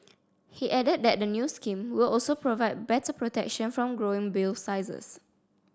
he added that the new scheme will also provide better protection from growing bill sizes